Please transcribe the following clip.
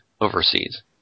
overseas